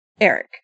Eric